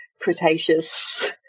Cretaceous